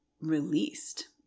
released